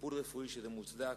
טיפול רפואי, וזה מוצדק,